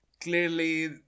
Clearly